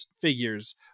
figures